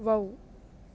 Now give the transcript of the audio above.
wow